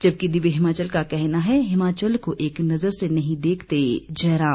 जबकि दिव्य हिमाचल का कहना है हिमाचल को एक नजर से नहीं देखते जयराम